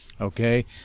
Okay